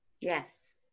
Yes